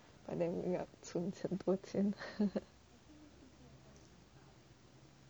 and then 存钱很多钱